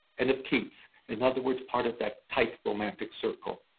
and of keats. in other words, part of that tight romantic circle.